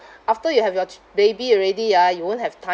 after you have your ch~ baby already ah you won't have time